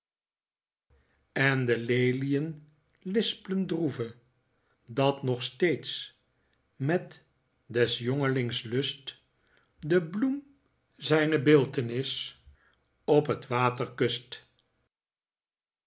en de lelien lisplen droeve dat nog steeds met des jongelings lust de bloem zijne beeldtnis op t water kust